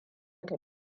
ta